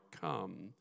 come